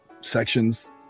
sections